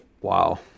Wow